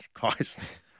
guys